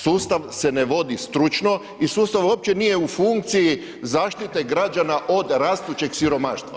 Sustav se ne vodi stručno i sustav uopće nije u funkciji zaštite građana od rastućeg siromaštva.